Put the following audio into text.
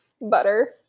butter